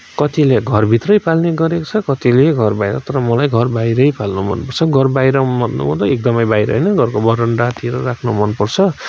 कतिले घरभित्रै पाल्ने गरेको छ कतिले घरबाहिर तर मलाई घरबाहिरै पाल्नु मनपर्छ घरबाहिर भन्नुपर्दा एकदमै बाहिर होइन घरको बरन्डातिर राख्न मनपर्छ